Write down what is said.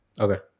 okay